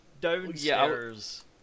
downstairs